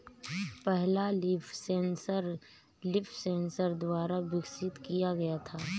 पहला leaf sensor LeafSense द्वारा विकसित किया गया था